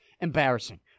Embarrassing